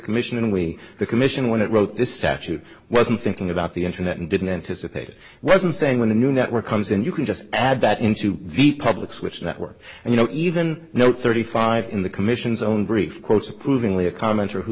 commission we the commission when it wrote this statute wasn't thinking about the internet and didn't anticipate it wasn't saying when a new network comes in you can just add that into the public switch network and you know even know thirty five in the commission's own brief quotes approvingly a commenter who